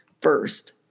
first